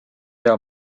hea